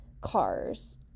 cars